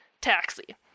taxi